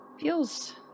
Feels